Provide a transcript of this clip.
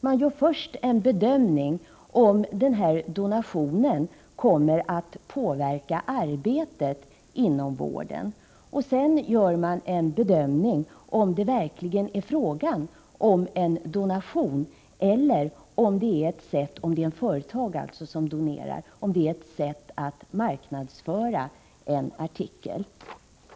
Man bedömer först om donationen påverkar arbetet inom vården, och sedan bedömer man om det verkligen är fråga om en donation eller — om ett företag donerar —- om det är ett sätt att marknadsföra en artikel.